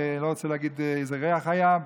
ואני לא רוצה להגיד איזה ריח היה,